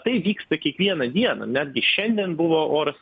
tai vyksta kiekvieną dieną netgi šiandien buvo oras